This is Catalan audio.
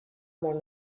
molt